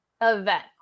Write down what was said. event